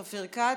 נתקבלה.